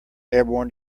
airborne